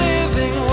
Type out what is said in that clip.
Living